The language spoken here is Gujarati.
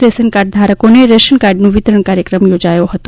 રેશનકાર્ડ ધારકોને રેશનકાર્ડનું વિતરણ કાર્યકર્મ ચોજાયો હતો